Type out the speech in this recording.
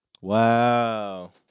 Wow